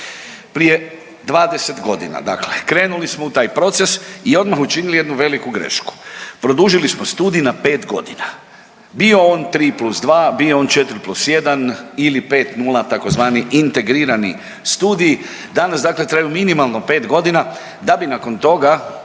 Prije 20 godina dakle krenuli smo u taj proces i odmah učinili jednu veliku grešku. Produžili smo studij na 5 godina, bio on 3 plus 2, bio on 4 plus 1 ili 5 nula tzv. integrirani studij, danas dakle traju minimalno 5 godina da bi nakon toga